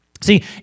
See